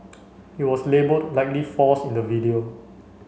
it was labelled Likely force in the video